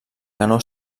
canó